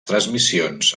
transmissions